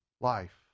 life